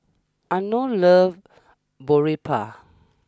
Arno loves Boribap